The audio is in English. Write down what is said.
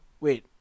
wait